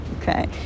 okay